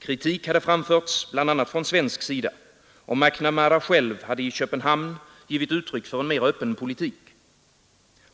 Kritik hade framförts, bl.a. från svensk sida, och McNamara själv hade i Köpenhamn givit uttryck för en mer öppen politik.